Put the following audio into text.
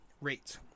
rate